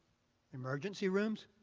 emergency rooms?